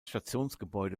stationsgebäude